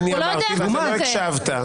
אמרתי ואתה לא הקשבת.